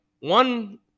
one